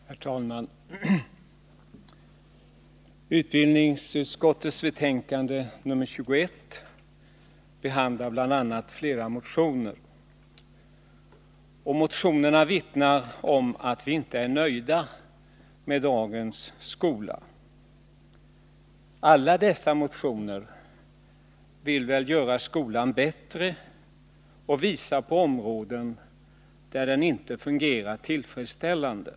Herr talman! Utbildningsutskottets betänkande nr 21 behandlar bl.a. flera motioner. Motionerna vittnar om att vi inte är nöjda med dagens skola. Alla dessa motioner vill göra skolan bättre och visa på områden där den inte fungerar tillfredsställande.